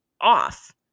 off